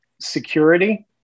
security